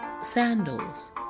Sandals